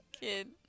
kid